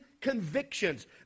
convictions